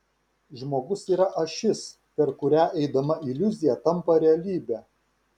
žmogus yra ašis per kurią eidama iliuzija tampa realybe